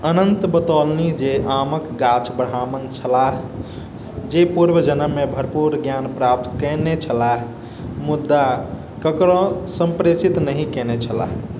अनन्त बतौलनि जे आमक गाछ ब्राह्मण छलाह जे पूर्व जन्ममे भरपूर ज्ञान प्राप्त कएने छलाह मुदा ककरो संप्रेषित नहि केने छलाह